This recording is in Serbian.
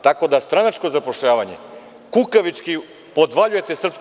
Tako da stranačko zapošljavanje kukavički podvaljujete SNS.